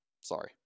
Sorry